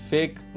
Fake